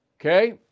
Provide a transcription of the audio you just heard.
Okay